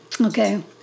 Okay